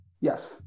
Yes